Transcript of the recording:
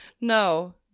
No